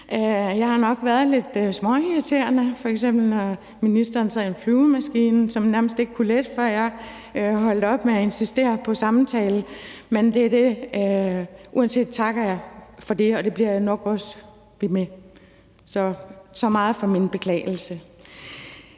Jeg har nok været lidt småirriterende, f.eks. når ministeren sad i en flyvemaskine, som nærmest skulle lette, før jeg holdt op med at insistere på en samtale, og jeg bliver nok ved med det. Så meget for min beklagelse.